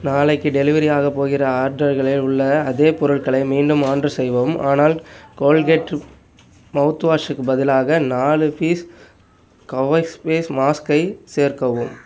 நாளைக்கு டெலிவரியாகப் போகிற ஆர்டர்களில் உள்ள அதே பொருட்களை மீண்டும் ஆர்டர் செய்யவும் ஆனால் கோல்கேட் மவுத்வாஷூக்கு பதிலாக நாலு பீஸ் கவச் ஃபேஸ் மாஸ்க்கை சேர்க்கவும்